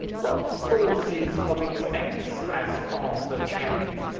what sources of expense has arthur channing?